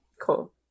cool